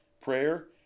prayer